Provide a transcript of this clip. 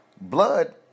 Blood